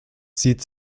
sieht